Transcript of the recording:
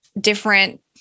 different